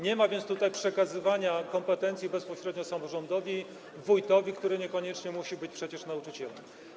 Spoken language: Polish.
Nie ma więc tutaj przekazywania kompetencji bezpośrednio samorządowi, wójtowi, który niekoniecznie musi być nauczycielem.